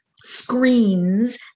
screens